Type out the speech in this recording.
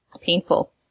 Painful